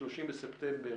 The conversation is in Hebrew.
ב-30 בספטמבר.